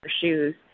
shoes